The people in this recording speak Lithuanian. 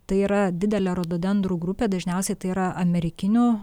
tai yra didelė rododendrų grupė dažniausiai tai yra amerikinio